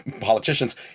politicians